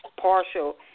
partial